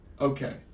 okay